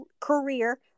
career